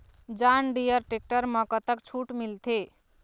John Deere tractor म कतक छूट मिलथे?